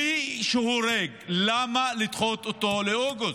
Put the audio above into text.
כלי שהורג, למה לדחות אותו לאוגוסט?